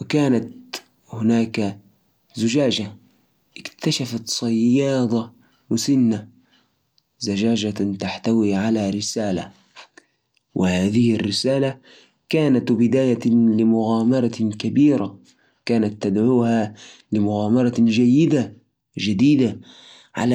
ذات مساء اكتشفت صيادة مسنة زجاجة تحتوي على رسالة وسط البحر فتحتها بحذر وقرأت الكلمات اللي كانت مكتوبة بخط يد قديمة تقول ساعدوني أنا محبوس